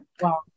Wow